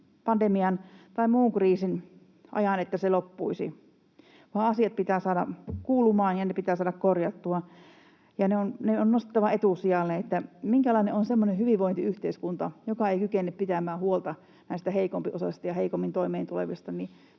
pandemian tai muun kriisin ajan, että se loppuisi, vaan asiat pitää saada kuulumaan ja ne pitää saada korjattua ja ne on nostettava etusijalle. Minkälainen on semmoinen hyvinvointiyhteiskunta, joka ei kykene pitämään huolta näistä heikompiosaisista ja heikommin toimeen tulevista?